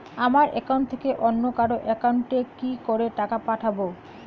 আমার একাউন্ট থেকে অন্য কারো একাউন্ট এ কি করে টাকা পাঠাবো?